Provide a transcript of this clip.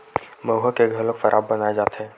मउहा के घलोक सराब बनाए जाथे